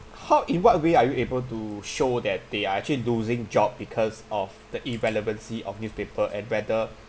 how in what way are you able to show that they are actually losing job because of the irrelevancy of newspaper and whether